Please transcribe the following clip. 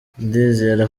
ndizera